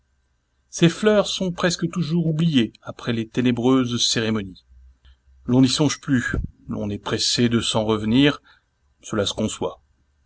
ces fleurs sont presque toujours oubliées après les ténébreuses cérémonies l'on n'y songe plus l'on est pressé de s'en revenir cela se conçoit